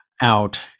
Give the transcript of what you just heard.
out